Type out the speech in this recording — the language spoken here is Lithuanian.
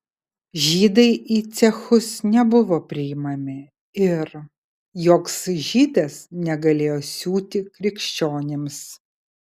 žydai į cechus nebuvo priimami ir joks žydas negalėjo siūti krikščionims